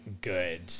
good